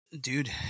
Dude